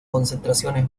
concentraciones